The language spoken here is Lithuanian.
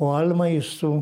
o almai esu